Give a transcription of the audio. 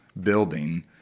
building